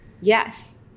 Yes